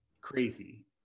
crazy